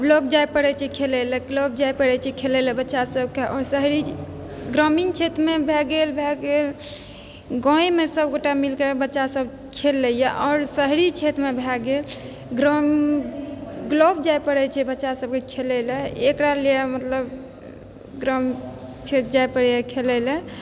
club जाइ पड़ै छै खेलै लऽ क्लब जाइ पड़ै छै खेलैक लेल बच्चा सबके ओ शहरी ग्रामीण क्षेत्रमे भए गेल भए गेल गामेमे सबगोटे मिलिकऽ बच्चा सब खेल लै यऽ आओर शहरी क्षेत्रमे भए गेल ग्रामीण क्लब जाइ पड़ै छै बच्चा सबके खेलै लऽ एकरा लिये मतलब ग्रामीण क्षेत्र जाइ पड़ैए खेलै लऽ